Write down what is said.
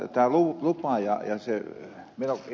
sitten tämä lupa ja se